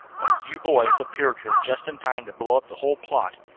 but you boys appeared here just in time to blow up the whole plot.